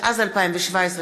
התשע"ז 2017,